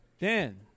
Dan